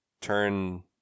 turn